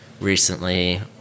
recently